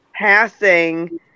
passing